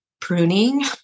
pruning